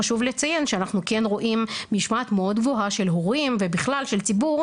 חשוב לציין שאנחנו כן רואים משמעת מאוד גבוהה של הורים ובכלל של הציבור,